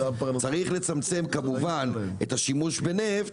צריך לצמצם כמובן את השימוש בנפט,